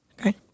okay